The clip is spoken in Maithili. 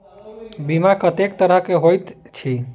बीमा कत्तेक तरह कऽ होइत छी?